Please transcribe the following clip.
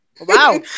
Wow